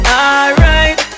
alright